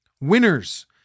Winners